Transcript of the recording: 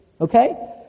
Okay